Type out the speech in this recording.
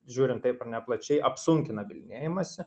žiūrint taip ar ne plačiai apsunkina bylinėjimąsi